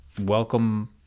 welcome